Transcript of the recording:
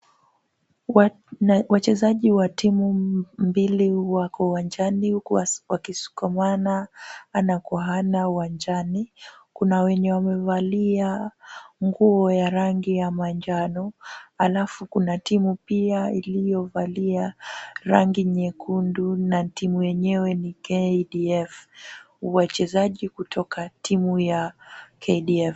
Wachezaji wa timu mbili wako uwanjani huku wakisukumana ana kwa ana uwanjani. Kuna wenye wamevalia nguo ya rangi ya manjano, alafu kuna timu pia iliyovalia rangi nyekundu na timu yenyewe ni KDF, wachezaji kutoka timu ya KDF.